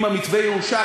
אם המתווה יאושר,